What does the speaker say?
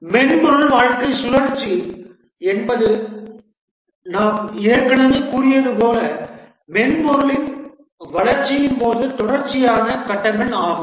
மென்பொருள் வாழ்க்கைச் சுழற்சி என்பது நாம் ஏற்கனவே கூறியது போல் மென்பொருளின் வளர்ச்சியின் போது தொடர்ச்சியான கட்டங்கள் ஆகும்